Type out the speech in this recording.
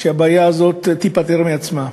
הבעיה הזאת תיפתר מעצמה.